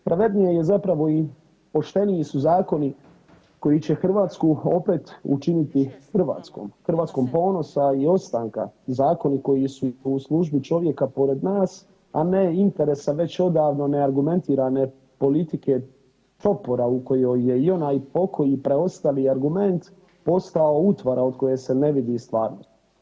Pravednije je zapravo, i pošteniji su zakoni koji će Hrvatsku opet učiniti Hrvatskom ponosa i ostanka i zakoni koji su u službi čovjeka pored nas, a ne interesa već odavno neargumentirane politike čopora u kojoj je i onaj pokoji preostali argument postao utvara od koje se ne vidi stvarnost.